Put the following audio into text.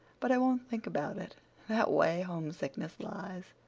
but i won't think about it that way homesickness lies.